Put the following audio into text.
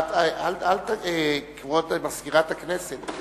כבוד מזכירת הכנסת,